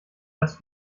das